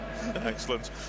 excellent